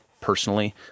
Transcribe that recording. personally